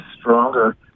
stronger